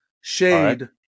Shade